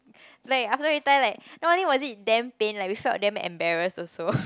like after we tie like not only was it damn pain we felt damn embarrassed also